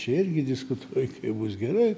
čia irgi diskutuoj kaip bus gerai